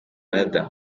canada